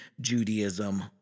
Judaism